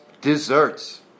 desserts